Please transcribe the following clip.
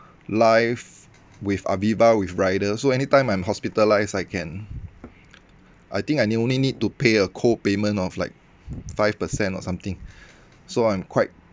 life with aviva with rider so anytime I'm hospitalise I can I think I only need to pay a co-payment of like five percent or something so I'm quite